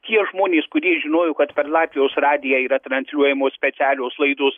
tie žmonės kurie žinojo kad per latvijos radiją yra transliuojamos specialios laidos